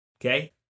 Okay